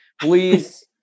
Please